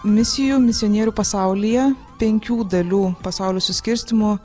misijų misionierių pasaulyje penkių dalių pasaulio suskirstymu